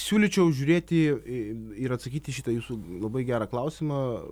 siūlyčiau žiūrėti į ir atsakyti į šitą jūsų labai gerą klausimą